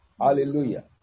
Hallelujah